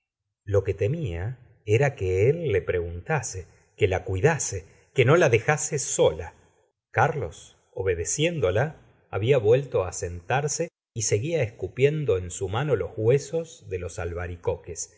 lo que tem a era que él la preguntase que la cuidase que no la dpjase sola carlos obedeciéndola habia vuelto á sentarse y seguía escupiendo en su mano los huesos de los albaricoques